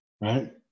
right